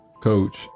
coach